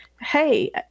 hey